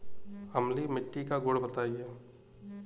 अम्लीय मिट्टी का गुण बताइये